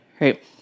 right